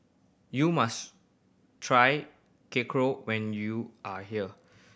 you must try Korokke when you are here